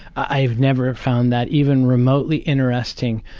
i've never found that even remotely interesting.